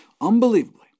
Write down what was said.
Unbelievably